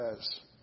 says